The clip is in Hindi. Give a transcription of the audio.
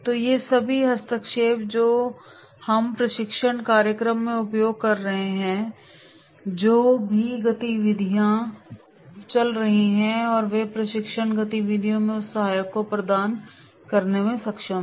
तो ये सभी हस्तक्षेप जो हम प्रशिक्षण कार्यक्रम में उपयोग कर रहे हैं और जो भी गतिविधियां चल रही हैं और वे प्रशिक्षण गतिविधियों में उस सहायक को प्रदान करने में सक्षम हैं